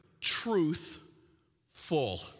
truthful